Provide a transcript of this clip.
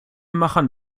machen